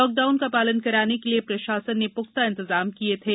lockdown का पालन कराने के लिए प्रशासन ने पुख्ता इंतजाम किए थे